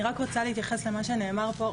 אני רק רוצה להתייחס למה שנאמר פה.